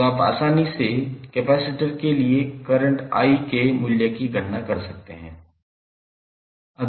तो आप आसानी से कैपेसिटर के लिए करंट i के मूल्य की गणना कर सकते हैं